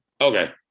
Okay